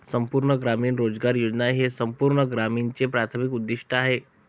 संपूर्ण ग्रामीण रोजगार योजना हे संपूर्ण ग्रामीणचे प्राथमिक उद्दीष्ट आहे